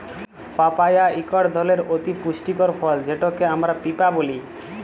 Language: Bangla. পাপায়া ইকট ধরলের অতি পুষ্টিকর ফল যেটকে আমরা পিঁপা ব্যলি